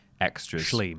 extras